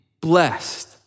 blessed